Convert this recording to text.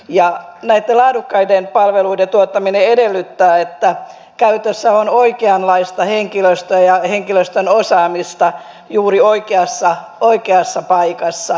näiden laadukkaiden palveluiden tuottaminen edellyttää että käytössä on oikeanlaista henkilöstöä ja henkilöstön osaamista juuri oikeassa paikassa